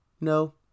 No